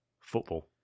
football